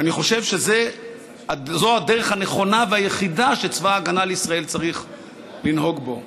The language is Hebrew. אני חושב שזו הדרך הנכונה והיחידה שצבא ההגנה לישראל צריך לנהוג בה.